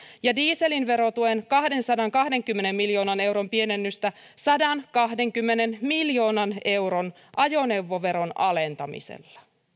ja dieselin verotuen kahdensadankahdenkymmenen miljoonan euron pienennystä sadankahdenkymmenen miljoonan euron ajoneuvoveron alentamisella